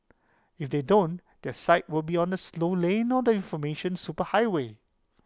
if they don't their site will be on the slow lane on the information superhighway